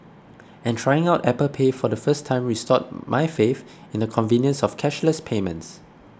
and trying out Apple Pay for the first time restored my faith in the convenience of cashless payments